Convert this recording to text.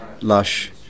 lush